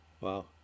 Wow